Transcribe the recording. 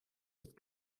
with